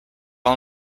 all